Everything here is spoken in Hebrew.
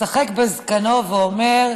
משחק בזקנו ואומר,